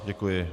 Děkuji.